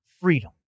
freedom